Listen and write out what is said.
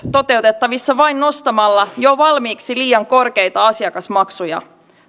toteutettavissa vain nostamalla jo valmiiksi liian korkeita asiakasmaksuja